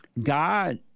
God